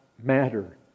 matter